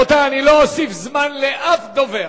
רבותי, אני לא אוסיף זמן לאף דובר.